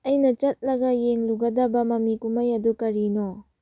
ꯑꯩꯅ ꯆꯠꯂꯒ ꯌꯦꯡꯂꯨꯒꯗꯕ ꯃꯃꯤ ꯀꯨꯝꯍꯩ ꯑꯗꯨ ꯀꯔꯤꯅꯣ